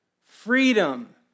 Freedom